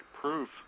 proof